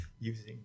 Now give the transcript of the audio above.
using